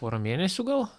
porą mėnesių gal